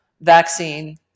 vaccine